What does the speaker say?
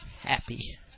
Happy